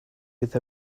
with